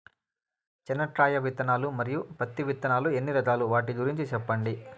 చెనక్కాయ విత్తనాలు, మరియు పత్తి విత్తనాలు ఎన్ని రకాలు వాటి గురించి సెప్పండి?